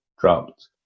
dropped